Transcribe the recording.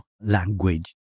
language